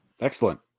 Excellent